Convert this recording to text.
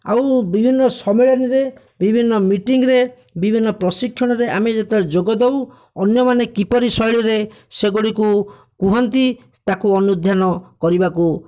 ଆଉ ବିଭିନ୍ନ ସମ୍ମିଳନୀରେ ବିଭିନ୍ନ ମିଟିଂରେ ବିଭିନ୍ନ ପ୍ରଶିକ୍ଷଣରେ ଆମେ ଯେତେବେଳେ ଯୋଗ ଦେଉ ଅନ୍ୟମାନେ କିପରି ଶୈଳୀରେ ସେଗୁଡ଼ିକୁ କୁହନ୍ତି ତାକୁ ଅନୁଧ୍ୟାନ କରିବାକୁ